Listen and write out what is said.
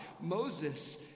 Moses